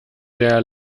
der